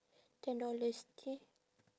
ten dollars K